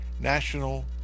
National